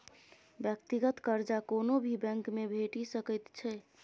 व्यक्तिगत कर्जा कोनो भी बैंकमे भेटि सकैत छै